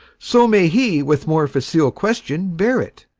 so may he with more facile question bear it,